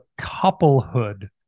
couplehood